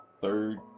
third